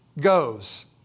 goes